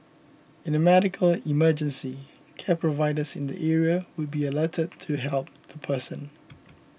in a medical emergency care providers in the area would be alerted to help the person